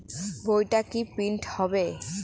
বইটা কি প্রিন্ট হবে?